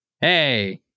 hey